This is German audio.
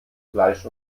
fleisch